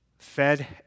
fed